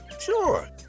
Sure